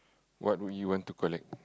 what would you want to collect